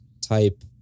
type